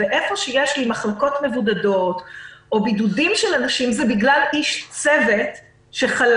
איפה שיש לי מחלקות מבודדות או בידודים של אנשים זה בגלל איש צוות שחלה,